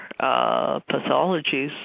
pathologies